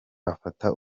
afata